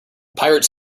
pirates